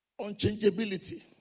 unchangeability